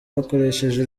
bakoresheje